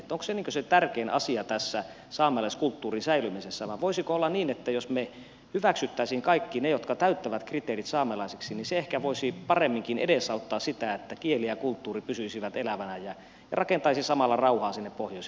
onko se tärkein asia tässä saamelaiskulttuurin säilymisessä vai voisiko olla niin että jos me hyväksyisimme saamelaisiksi kaikki ne jotka täyttävät kriteerit se ehkä voisi paremminkin edesauttaa sitä että kieli ja kulttuuri pysyisivät elävinä ja rakentaisi samalla rauhaa sinne pohjoisille alueille